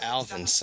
Alvin